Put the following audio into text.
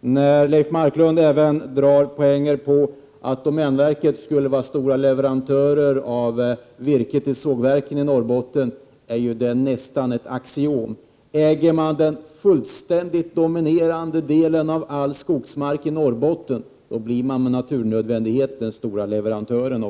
När Leif Marklund vill göra en stor poäng av att domänverket är stor leverantör av virke till sågverken i Norrbotten är ju detta nästan ett axiom. Om man äger den fullständigt dominerande delen av all skogsmark i Norrbotten, blir man med naturnödvändighet också den stora leverantören.